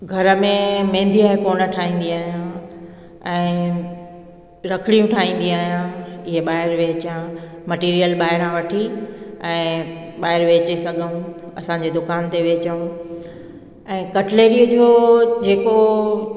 घर में महंदी का कोन ठाहींदी आहियां ऐं रखड़ियूं ठाहींदी आहियां इहे ॿाहिर वेचा मटिरीयल ॿाहिरां वठी ऐं ॿाहिरि वेचे सघूं असांजे दुकान ते वेचूं ऐं कटलैरीअ जो जेको